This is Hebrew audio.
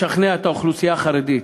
לשכנע את האוכלוסייה החרדית,